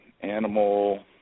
Animal